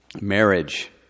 marriage